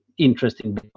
Interesting